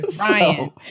Ryan